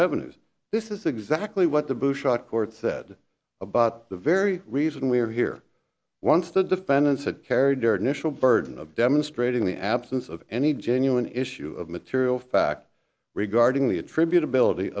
revenues this is exactly what the court said about the very reason we are here once the defendants had carried dirt initial burden of demonstrating the absence of any genuine issue of material fact regarding the attribute ability